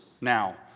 now